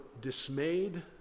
dismayed